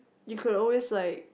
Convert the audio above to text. you could always like